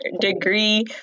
degree